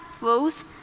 rules